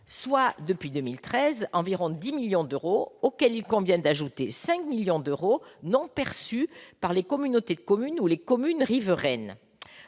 soit depuis 2013 environ 10 millions d'euros, auxquels il convient d'ajouter 5 millions d'euros non perçus par les communautés de communes ou les communes riveraines.